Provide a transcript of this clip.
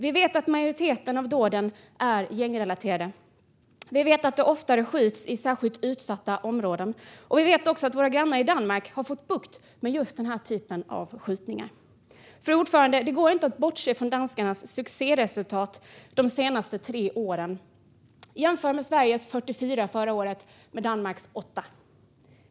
Vi vet att majoriteten av dåden är gängrelaterade. Vi vet att det oftare skjuts i särskilt utsatta områden. Vi vet också att våra grannar i Danmark har fått bukt med just den här typen av skjutningar. Fru talman! Det går inte att bortse från danskarnas succéresultat de senaste tre åren. Man kan jämföra Sveriges 44 förra året med Danmarks 8.